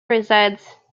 resides